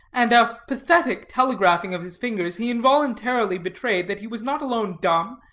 and a pathetic telegraphing of his fingers, he involuntarily betrayed that he was not alone dumb,